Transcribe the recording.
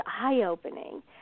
eye-opening